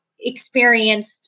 experienced